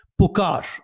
Pukar